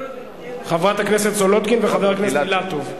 חברת הכנסת סולודקין וחבר הכנסת אילטוב.